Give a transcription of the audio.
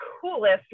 coolest